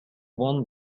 won